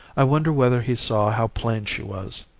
i wonder whether he saw how plain she was.